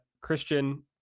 Christian